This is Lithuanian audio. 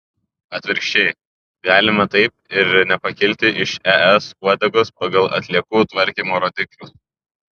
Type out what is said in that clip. atvirkščiai galime taip ir nepakilti iš es uodegos pagal atliekų tvarkymo rodiklius